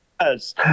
Yes